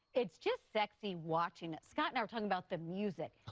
it's just sexy watching it. scott and i were talking about the music.